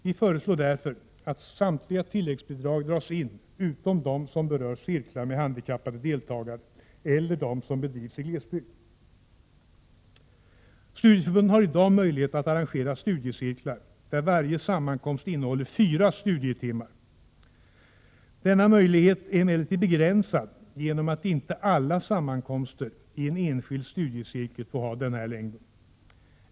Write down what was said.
Vi föreslår därför att samtliga tilläggsbidrag dras in, utom dem som berör cirklar med handikappade deltagare eller cirklar som bedrivs i glesbygd. Studieförbunden har i dag möjlighet att arrangera studiecirklar där varje sammankomst innehåller fyra studietimmar. Denna möjlighet är emellertid begränsad genom att inte alla sammankomster i en enskild studiecirkel får ha denna längd.